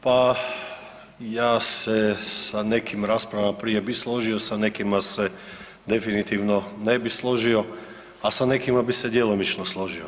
Pa ja se sa nekim raspravama prije bi složio, sa nekima se definitivno ne bih složio, a sa nekima bi se djelomično složio.